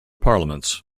parliaments